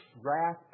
wrath